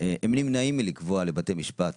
הם נמנעים מלקבוע לבתי משפט